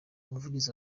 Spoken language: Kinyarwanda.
umuvugizi